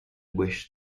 wish